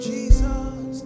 Jesus